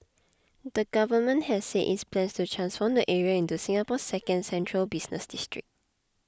the government has said its plans to transform the area into Singapore's second central business district